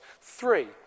three